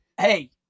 Hey